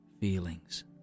feelings